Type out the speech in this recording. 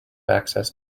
access